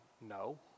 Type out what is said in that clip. no